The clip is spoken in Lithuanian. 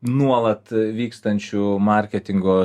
nuolat vykstančių marketingo